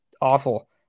awful